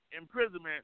imprisonment